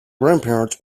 grandparents